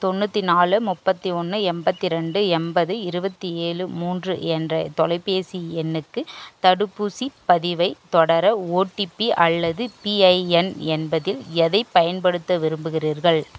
தொண்ணூற்றி நாலு முப்பத்து ஒன்று எண்பத்து ரெண்டு எண்பது இருபத்தி ஏழு மூன்று என்ற தொலைபேசி எண்ணுக்கு தடுப்பூசிப் பதிவைத் தொடர ஓடிபி அல்லது பிஐஎன் என்பதில் எதைப் பயன்படுத்த விரும்புகிறீர்கள்